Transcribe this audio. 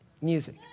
music